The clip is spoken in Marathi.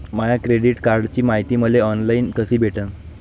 माया क्रेडिट कार्डची मायती मले ऑनलाईन कसी भेटन?